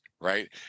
right